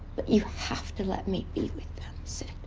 but you have to let me be with said